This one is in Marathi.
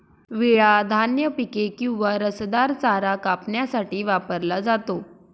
विळा धान्य पिके किंवा रसदार चारा कापण्यासाठी वापरला जातो